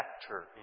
factor